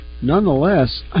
nonetheless